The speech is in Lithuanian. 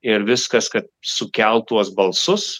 ir viskas kad sukelt tuos balsus